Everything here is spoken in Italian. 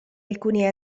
alcuni